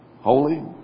holy